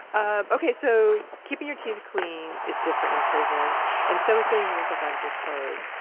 um, ok, so, keeping your teeth clean is different in prison and so is getting the wrinkles out of your clothes,